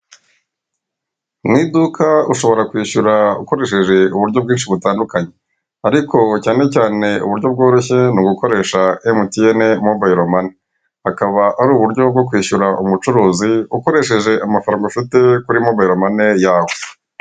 Mu iduka ushobora kwishyura ukoresheje uburyo bwinshi butandukanye, ariko cyane cyane uburyo bworoshye ni ugukoresha emutiyene mobayiro mane. Akaba ari uburyo bwo kwishyura umucuruzi ukoresheje amafaranga ufite kuri mobayiro mane yawe.